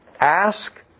Ask